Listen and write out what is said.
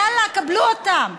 יאללה, קבלו אותם.